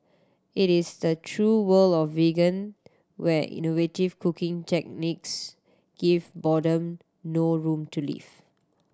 it is the true world of vegan where innovative cooking techniques give boredom no room to live